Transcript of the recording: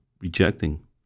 rejecting